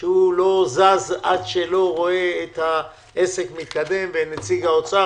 שלא זז עד שהוא רואה את העסק מתקדם ואת נציג האוצר,